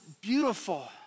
beautiful